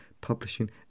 publishing